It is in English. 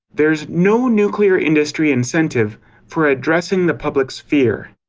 there's no nuclear industry incentive for addressing the public's fear.